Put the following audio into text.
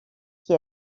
qui